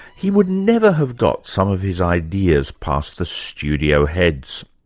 he would never have got some of his ideas past the studio heads.